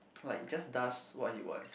like just does what he wants